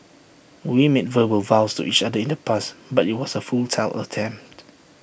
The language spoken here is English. we made verbal vows to each other in the past but IT was A futile attempt